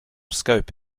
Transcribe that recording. scope